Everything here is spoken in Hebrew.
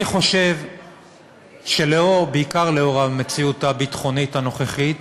אני חושב שבעיקר לנוכח המציאות הביטחונית הנוכחית